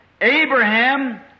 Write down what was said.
Abraham